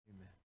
amen